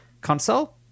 console